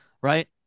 right